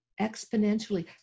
exponentially